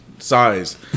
size